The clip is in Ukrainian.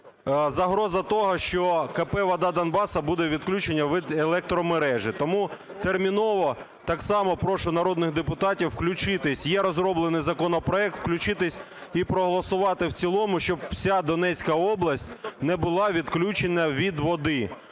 загроза того, що КП "Вода Донбасу" буде відключено від електромережі. Тому терміново так само прошу народних депутатів включитись. Є розроблений законопроект, включитись і проголосувати в цілому, щоб вся Донецька область не була відключена від води.